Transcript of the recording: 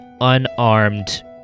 unarmed